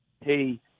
hey